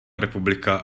republika